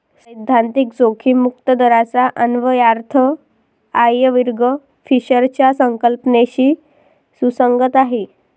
सैद्धांतिक जोखीम मुक्त दराचा अन्वयार्थ आयर्विंग फिशरच्या संकल्पनेशी सुसंगत आहे